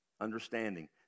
understanding